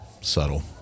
subtle